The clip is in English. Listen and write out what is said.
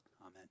Amen